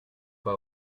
pas